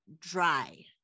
dry